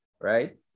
right